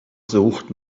sucht